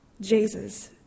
Jesus